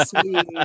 sweet